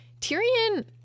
Tyrion